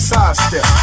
Sidestep